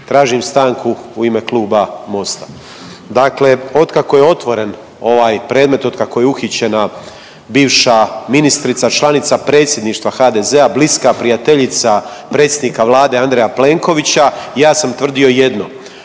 tražim stanku u ime Kluba MOST-a. Dakle, otkako je otvoren ovaj predmet od kako je uhićena bivša ministrica članica predsjedništva HDZ-a bliska prijateljica predsjednika vlade Andreja Plenkovića ja sam tvrdio jedno.